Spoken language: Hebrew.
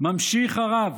ממשיך הרב: